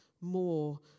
more